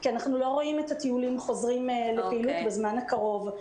כי אנחנו לא רואים את הטיולים חוזרים לפעילות בזמן הקרוב.